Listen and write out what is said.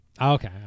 Okay